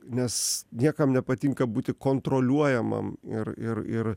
nes niekam nepatinka būti kontroliuojamam ir ir ir